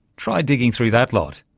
try digging through that lot.